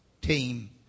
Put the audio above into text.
team